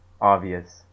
obvious